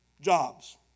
jobs